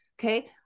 Okay